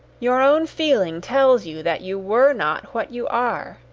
your own feeling tells you that you were not what you are,